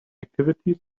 activities